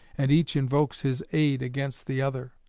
and each invokes his aid against the other.